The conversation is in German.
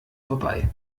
vorbei